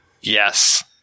Yes